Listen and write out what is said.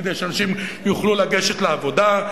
כדי שאנשים יוכלו לגשת לעבודה,